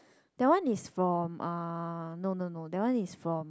that one is from uh no no no that one is from